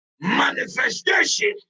manifestation